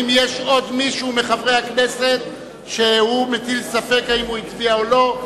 האם יש עוד מישהו מחברי הכנסת שמטיל ספק אם הוא הצביע או לא?